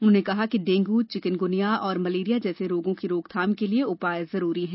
उन्होंने कहा कि डेंगू चिकनगुनिया और मलेरिया जैसे रोगों की रोकथाम के लिए उपाय जरूरी हैं